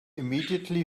immediately